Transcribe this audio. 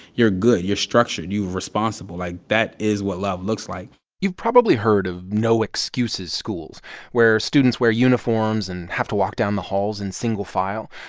you're good, you're structured, you're responsible. like, that is what love looks like you've probably heard of no-excuses schools where students wear uniforms and have to walk down the halls in single file.